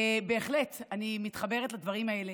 בהחלט אני מתחברת לדברים האלה.